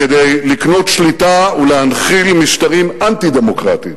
כדי לקנות שליטה ולהנחיל משטרים אנטי-דמוקרטיים.